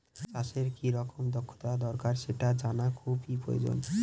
চাষের কি রকম দক্ষতা দরকার সেটা জানা খুবই প্রয়োজন